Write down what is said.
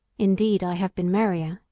indeed, i have been merrier,